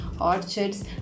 orchards